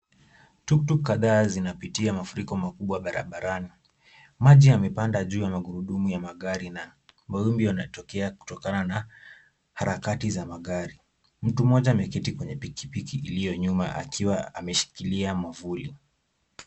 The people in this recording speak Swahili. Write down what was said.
Tuktuk kadhaa zinapitia mafuriko makubwa barabarani. Maji yamepanda juu ya magurundumu ya gari na mawimbi yanatokea kutokana na harakati za magari. Mtu mmoja ameketi kwa pikipiki iliyo nyuma akiwa ameshikilia mwavuli.